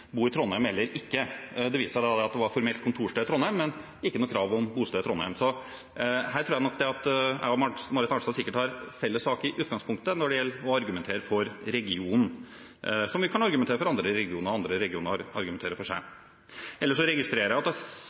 bo i Trondheim eller ikke. Det viste seg da at det formelt var kontorsted i Trondheim, men ikke noe krav om bosted i Trondheim. Så her tror jeg nok at jeg og Marit Arnstad har felles sak i utgangspunktet når det gjelder å argumentere for regionen, men vi kan også argumentere for andre regioner og andre regioner argumentere for seg. Ellers registrerer jeg at